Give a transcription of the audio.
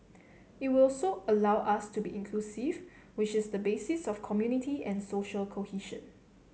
it would also allow us to be inclusive which is the basis of community and social cohesion